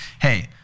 hey